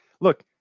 look